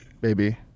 Baby